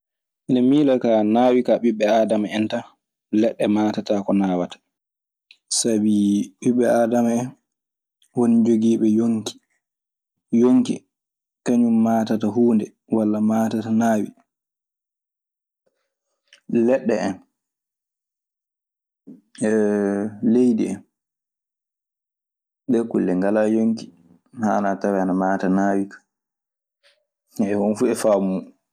Miɗɗo mila ka nawi ka ɓiɓɓe adama hen tan, leɗe mattata ko nawata. Sabii ɓiɓɓe aadama en woni jogiiɓe yonki. Yonki kañun maatatahuunde walla maatata naawi. Leyɗe, leydi en, ɗe kulle ngalaa woŋki. Haana taweede ana maata nawi ka. Moni fof e faamu mun.